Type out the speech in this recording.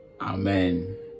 amen